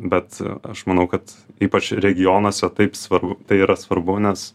bet aš manau kad ypač regionuose taip svarbu tai yra svarbu nes